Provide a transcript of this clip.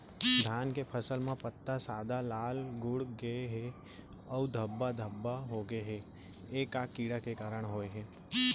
धान के फसल म पत्ता सादा, लाल, मुड़ गे हे अऊ धब्बा धब्बा होगे हे, ए का कीड़ा के कारण होय हे?